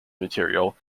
material